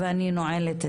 הישיבה נעולה.